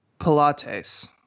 Pilates